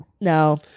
No